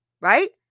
right